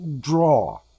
Draw